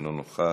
אינו נוכח,